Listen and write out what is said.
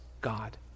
God